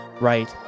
right